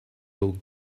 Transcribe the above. old